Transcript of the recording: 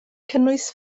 cynnwys